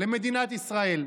למדינת ישראל.